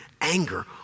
anger